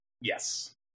yes